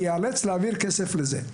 הוא ייאלץ להעביר כסף לזה.